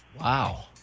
Wow